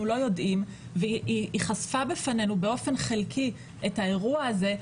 לא יודעים והיא חשפה בפנינו באופן חלקי את האירוע הזה,